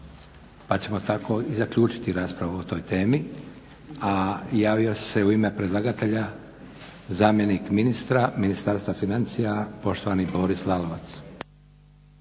pa ćemo tako i zaključiti raspravu o toj temi. A javio se u ime predlagatelja zamjenik ministra Ministarstva financija poštovani Boris Lalovac.